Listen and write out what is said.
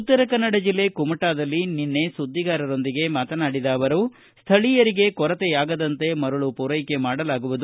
ಉತ್ತರ ಕನ್ನಡ ಜೆಲ್ಲೆ ಕುಮಟಾದಲ್ಲಿ ನಿನ್ನೆ ಸುದ್ಬಿಗಾರರೊಂದಿಗೆ ಮಾತನಾಡಿದ ಅವರು ಸ್ನಳೀಯರಿಗೆ ಕೊರತೆ ಆಗದಂತೆ ಮರಳು ಪೂರೈಕೆ ಮಾಡಲಾಗುವುದು